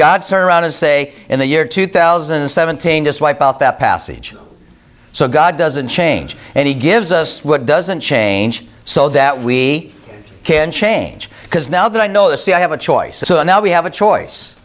surround us say in the year two thousand and seventeen just wipe out that passage so god doesn't change and he gives us what doesn't change so that we can change because now that i know the see i have a choice so now we have a choice